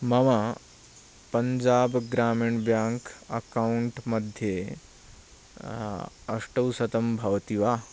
मम पञ्जाब् ग्रामीण् bank account मध्ये अष्टौशतं भवति वा